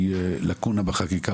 שלום וברכה,